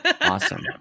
Awesome